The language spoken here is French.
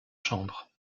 chambres